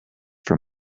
for